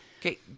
Okay